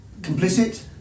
complicit